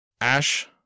Ash